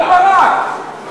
גם ברק.